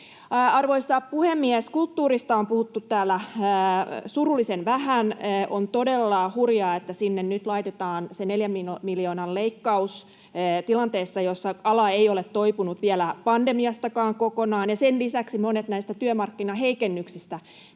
Arvoisa puhemies! Kulttuurista on puhuttu täällä surullisen vähän. On todella hurjaa, että sinne nyt laitetaan se neljän miljoonan leikkaus tilanteessa, jossa ala ei ole toipunut vielä pandemiastakaan kokonaan. Ja sen lisäksi monet näistä työmarkkinaheikennyksistä